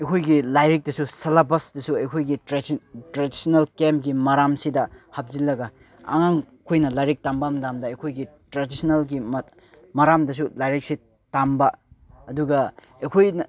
ꯑꯩꯈꯣꯏꯒꯤ ꯂꯥꯏꯔꯤꯛꯇꯁꯨ ꯁꯦꯂꯦꯕꯁꯇꯁꯨ ꯑꯩꯈꯣꯏꯒꯤ ꯇ꯭ꯔꯦꯗꯤꯁꯅꯦꯜ ꯒꯦꯝꯒꯤ ꯃꯔꯝꯁꯤꯗ ꯍꯥꯞꯆꯤꯜꯂꯒ ꯑꯉꯥꯡꯈꯣꯏꯅ ꯂꯥꯏꯔꯤꯛ ꯇꯝꯕ ꯃꯇꯝꯗ ꯑꯩꯈꯣꯏꯒꯤ ꯇ꯭ꯔꯦꯗꯤꯁꯅꯦꯜꯒꯤ ꯃꯔꯝꯗꯁꯨ ꯂꯥꯏꯔꯤꯛꯁꯦ ꯇꯝꯕ ꯑꯗꯨꯒ ꯑꯩꯈꯣꯏꯅ